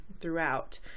throughout